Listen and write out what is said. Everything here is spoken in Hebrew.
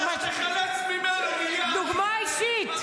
דוגמה אישית.